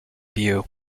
beau